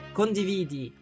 condividi